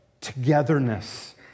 togetherness